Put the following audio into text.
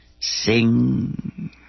sing